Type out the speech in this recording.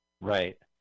Right